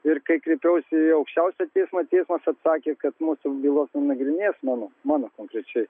ir kai kreipiausi į aukščiausią teismą teismas atsakė kad mūsų bylos nenagrinės mano mano konkrečiai